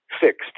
fixed